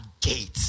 gate